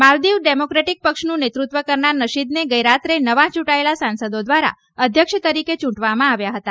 Maldives Democratic પક્ષનું નેતૃત્વ કરનાર નશીદને ગઇરાત્રે નવા ચ્રંટાયેલા સાંસદો દ્વારા અધ્યક્ષ તરીકે ચ્રંટવામાં આવ્યા હતા